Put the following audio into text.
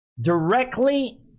directly